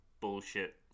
bullshit